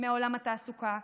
עולם התעסוקה,